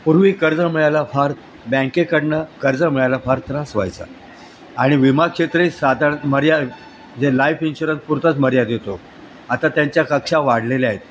पूर्वी कर्ज मिळायला फार बँकेकडनं कर्ज मिळायला फार त्रास व्हायचा आणि विमा क्षेत्रे साधारण मर्या जे लाईफ इन्शुरन्स पुरतंच मर्यादित आता त्यांच्या कक्षा वाढलेल्या आहेत